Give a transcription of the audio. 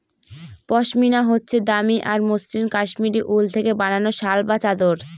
পশমিনা হচ্ছে দামি আর মসৃণ কাশ্মীরি উল থেকে বানানো শাল বা চাদর